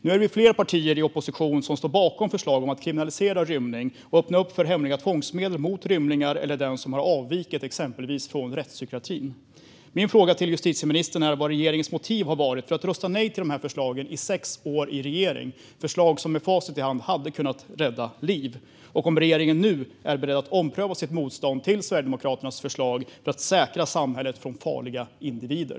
Nu är vi flera partier i opposition som står bakom förslag om att kriminalisera rymning och öppna upp för hemliga tvångsmedel mot rymningar eller den som har avvikit från exempelvis rättspsykiatrin. Min fråga till justitieministern är vad regeringens motiv har varit för att rösta nej till de här förslagen under sex år i regeringsställning. Det är förslag som med facit i hand hade kunnat rädda liv. Och är regeringen nu beredd att ompröva sitt motstånd mot Sverigedemokraternas förslag för att säkra samhället mot farliga individer?